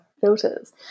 filters